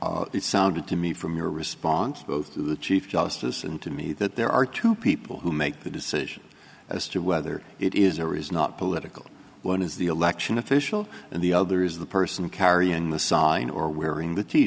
useful it sounded to me from your response to both the chief justice and to me that there are two people who make the decision as to whether it is or is not political when is the election official and the other is the person carrying the sign or wearing the t